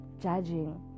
judging